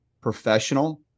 professional